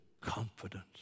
confidence